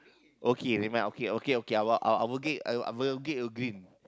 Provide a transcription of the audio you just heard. okay never mind okay okay okay I will I will get I will get your green